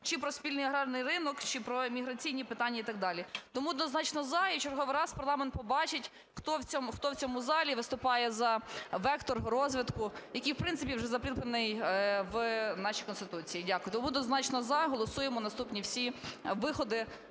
чи про спільний аграрний ринок, чи про міграційні питання і так далі. Тому однозначно – за, і в черговий раз парламент побачить, хто в цьому залі виступає за вектор розвитку, який, в принципі, вже закріплений в нашій Конституції. Дякую. Тому однозначно – за. Голосуємо наступні всі виходи